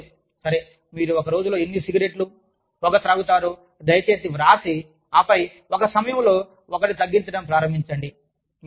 మీరు చెప్పలేరు సరే మీరు ఒక రోజులో ఎన్ని సిగరెట్లు పొగ త్రాగుతారో దయచేసి వ్రాసి ఆపై ఒక సమయంలో ఒకటి తగ్గించడం ప్రారంభించండి